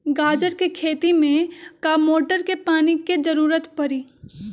गाजर के खेती में का मोटर के पानी के ज़रूरत परी?